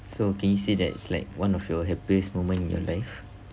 so can you see that is like one of your happiest moment in your life